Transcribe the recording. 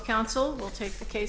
counsel will take the case